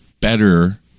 better